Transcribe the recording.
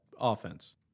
offense